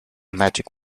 magic